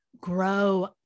grow